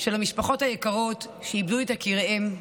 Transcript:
משק המדינה (הוראת שעה לעניין חוק התקציב לשנת 2024,